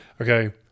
Okay